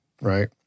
right